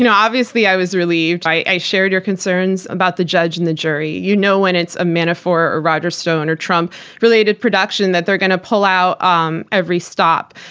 and obviously i was relieved. i i shared your concerns about the judge and the jury. you know when it's a manafort, a roger stone or trump related production that they're going to pull out um every stop.